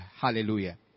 Hallelujah